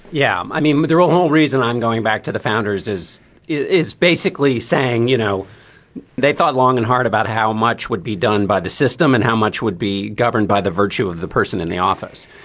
yeah. i mean the whole reason i'm going back to the founders is is basically saying you know they thought long and hard about how much would be done by the system and how much would be governed by the virtue of the person in the office.